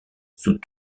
sous